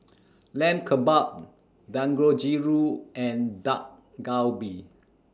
Lamb Kebabs Dangojiru and Dak Galbi